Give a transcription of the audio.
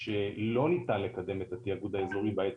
שלא ניתן לקדם את העניין הזה של התאגוד האזורי בעת